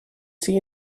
see